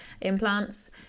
implants